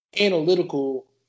analytical